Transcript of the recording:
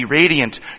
radiant